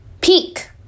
Peak